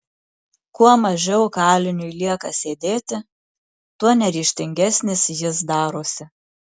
kuo mažiau kaliniui lieka sėdėti tuo neryžtingesnis jis darosi